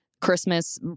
Christmas